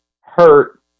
hurt